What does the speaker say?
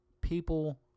People